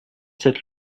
sept